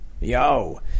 yo